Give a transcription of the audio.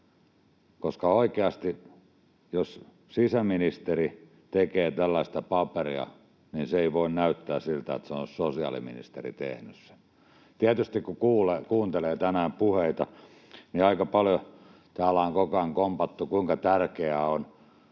tasalla. Oikeasti, jos sisäministeri tekee tällaista paperia, niin se ei voi näyttää siltä, että sen on sosiaaliministeri tehnyt. Tietysti kun kuuntelee tänään puheita, niin aika paljon täällä on koko ajan kompattu, kuinka tärkeää on